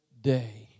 day